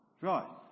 Right